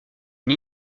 une